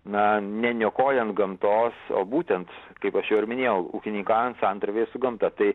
na ne niokojant gamtos o būtent kaip aš jau ir minėjau ūkininkaujant santarvėj su gamta tai